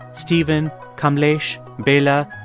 steven, comlesh, bella,